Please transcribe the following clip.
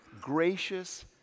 gracious